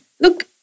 Look